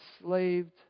enslaved